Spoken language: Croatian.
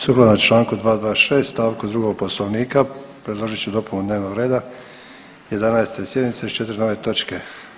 Sukladno Članku 226. stavku 2. Poslovnika predložit ću dopunu dnevnog reda 11. sjednice s 4 nove toče.